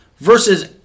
Versus